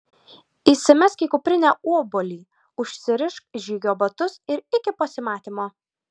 įsimesk į kuprinę obuolį užsirišk žygio batus ir iki pasimatymo